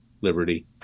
liberty